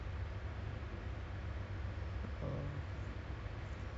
engineering eh engineer ya you he's engineer then sekarang